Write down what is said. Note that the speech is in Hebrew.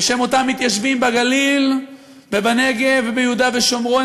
בשם אותם מתיישבים בגליל ובנגב וביהודה ושומרון.